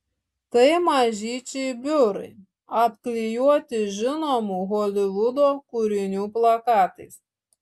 tai mažyčiai biurai apklijuoti žinomų holivudo kūrinių plakatais